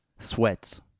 Sweats